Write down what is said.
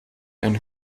een